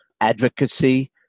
advocacy